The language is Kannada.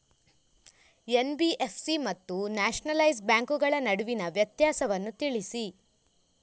ಎನ್.ಬಿ.ಎಫ್.ಸಿ ಮತ್ತು ನ್ಯಾಷನಲೈಸ್ ಬ್ಯಾಂಕುಗಳ ನಡುವಿನ ವ್ಯತ್ಯಾಸವನ್ನು ತಿಳಿಸಿ?